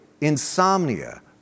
insomnia